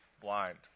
blind